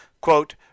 quote